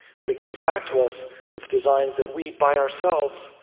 but it comes back to us with designs that we, by ourselves,